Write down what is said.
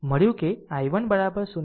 મળ્યું કે i1 0